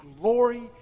glory